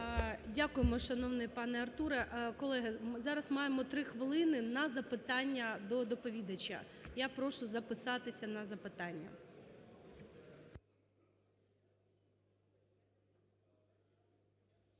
Дякуємо, шановний пане Артуре. Колеги, зараз маємо три хвилини на запитання до доповідача. Я прошу записатися на запитання.